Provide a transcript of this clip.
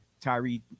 Tyree